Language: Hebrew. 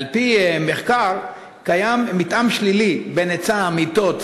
על-פי מחקר, קיים מתאם שלילי בין היצע המיטות